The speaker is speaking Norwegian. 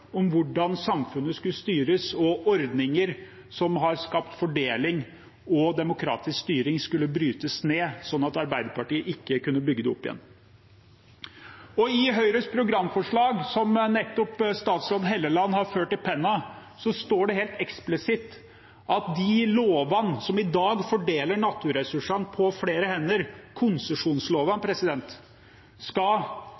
om hvordan samfunnet skulle styres, og om at ordninger som har skapt fordeling og demokratisk styring, skulle brytes ned, slik at Arbeiderpartiet ikke kunne bygge det opp igjen. I Høyres programforslag, som nettopp statsråd Hofstad Helleland har ført i pennen, står det helt eksplisitt at de lovene som i dag fordeler naturressursene på flere hender,